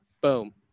boom